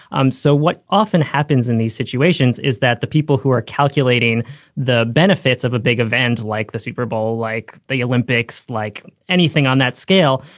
i'm so what often happens in these situations is that the people who are calculating the benefits of a big event like the super bowl, like the olympics, like anything on that scale,